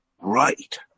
Right